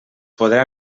podrà